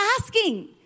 asking